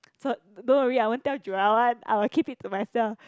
so don't worry I won't tell Joel one I will keep it to myself